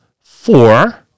Four